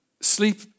sleep